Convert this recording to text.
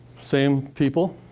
same people.